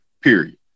Period